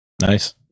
nice